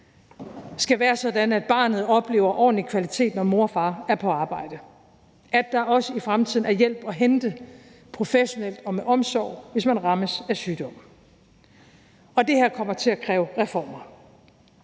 skal være sådan, at barnet oplever ordentlig kvalitet, når mor og far er på arbejdet; og at der også i fremtiden er hjælp at hente – professionelt og med omsorg – hvis man rammes af sygdom. Og det her kommer til at kræve reformer.